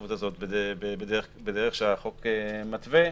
מהשותפות הזאת בדרך שהחוק מתווה,